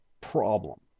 problem